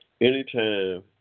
Anytime